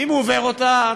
אם הוא עובר אותה,